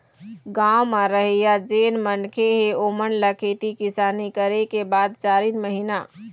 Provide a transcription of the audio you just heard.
गाँव म रहइया जेन मनखे हे ओेमन ल खेती किसानी करे के बाद चारिन महिना